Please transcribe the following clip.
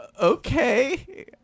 Okay